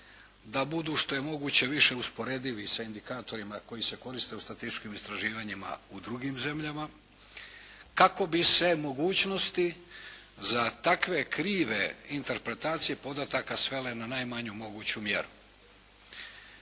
da budu što je moguće više usporedivi sa indikatorima koji se koriste u statističkim istraživanjima u drugim zemljama kako bi se mogućnosti za takve krive interpretacije podataka svele na najmanju moguću mjeru.